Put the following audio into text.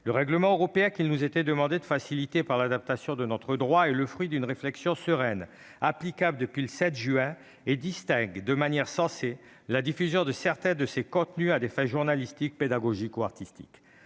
Le règlement européen auquel nous devons adapter notre droit est le fruit d'une réflexion sereine. Applicable depuis le 7 juin dernier, il distingue de manière sensée la diffusion de certains de ces contenus à des fins journalistiques, pédagogiques ou artistiques.